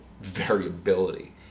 variability